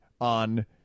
on